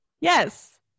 Yes